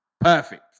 Perfect